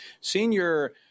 senior